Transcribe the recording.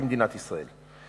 במדינת ישראל.